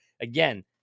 again